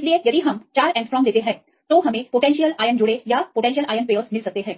इसलिए यदि हम चार एंगस्ट्रॉम लेते हैं तो हम संभावित आयन जोड़े प्राप्त कर सकते हैं